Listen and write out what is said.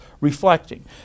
reflecting